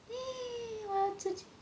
我要出去